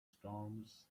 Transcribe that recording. storms